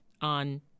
on